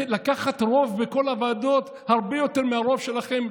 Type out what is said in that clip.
לקחת רוב בכל הוועדות הרבה יותר מהרוב שלכם,